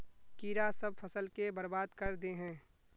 कीड़ा सब फ़सल के बर्बाद कर दे है?